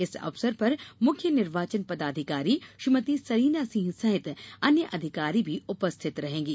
इस अवसर पर मुख्य निर्वाचन पदाधिकारी श्रीमती सलीना सिंह सहित अन्य अधिकारी भी उपस्थित रहेंगे